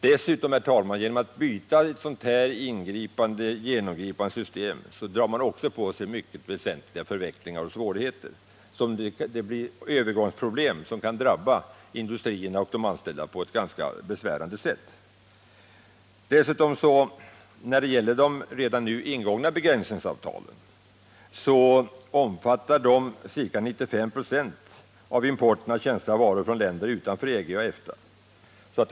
Dessutom drar man, herr talman, genom att byta ett sådant här genomgripande system också på sig mycket omfattande förvecklingar och svårigheter. Övergångsproblem skulle uppstå som kan drabba både industrierna och de anställda på ett ganska besvärande sätt. De redan nu ingångna begränsningsavtalen omfattar ca 95 96 av importen av känsliga varor från länder utanför EG och EFTA.